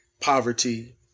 poverty